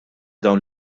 dawn